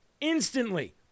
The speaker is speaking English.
Instantly